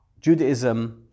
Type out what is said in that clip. Judaism